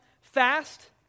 fast